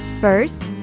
First